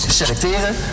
selecteren